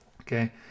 okay